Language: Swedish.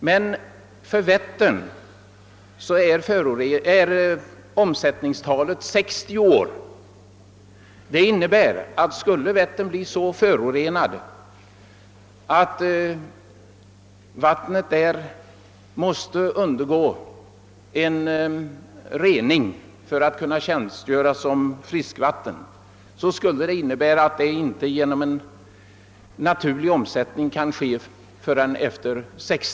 Men för Vättern är omsättningstiden 60 år vilket innebär att om Vättern skulle bli så förorenad att vattnet inte kan användas utan rening, skulle det förflyta 60 år innan man återfår friskt vatten genom naturlig omsättning.